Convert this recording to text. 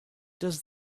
does